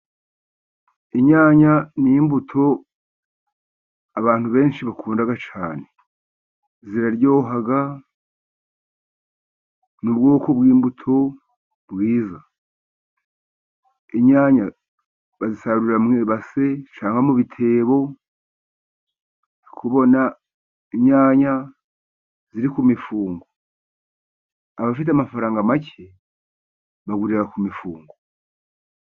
Inyanya ni imbuto abantu benshi bakunda cyane. Ziraryoha, ni ubwoko bw'imbuto bwiza. Inyanya bazisarura mu ibase cyangwa mu bitebo, kubona inyanya ziri ku mifungo, abafite amafaranga make bagurira ku mifungo.